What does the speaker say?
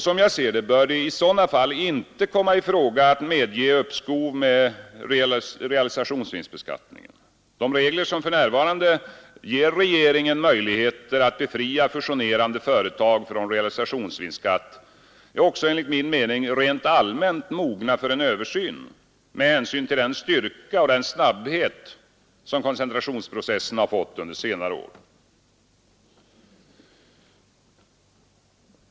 Som jag ser det bör det i sådana fall inte komma i fråga att medge uppskov med realisationsvinstbeskattningen. De regler som för närvarande ger regeringen möjligheter att befria fusionerade företag från realisationsvinstskatt, är också enligt min mening rent allmänt mogna för en översyn med hänsyn till den styrka och snabbhet som kocentrationsprocessen fått under senare år.